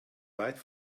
weit